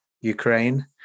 Ukraine